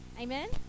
amen